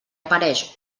apareix